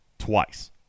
twice